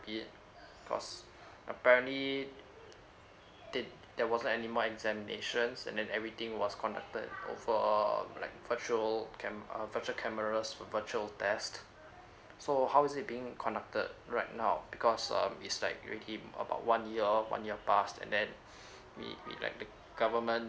bit cause apparently they there was anymore examinations and then everything was conducted over uh like virtual cam~ uh virtual cameras virtual test so how is it being conducted right now because um is like already about one year one year past and then we we like the government